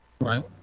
Right